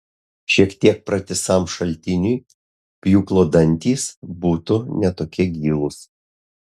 šiek tiek pratisam šaltiniui pjūklo dantys būtų ne tokie gilūs